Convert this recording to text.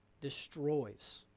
destroys